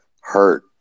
hurt